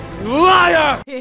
Liar